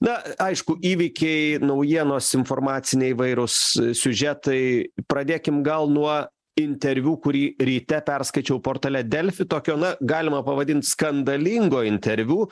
na aišku įvykiai naujienos informaciniai įvairūs siužetai pradėkim gal nuo interviu kurį ryte perskaičiau portale delfi tokio na galima pavadint skandalingo interviu